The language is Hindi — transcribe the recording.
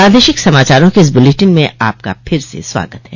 प्रादेशिक समाचारों के इस बुलेटिन में आपका फिर से स्वागत है